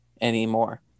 anymore